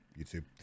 YouTube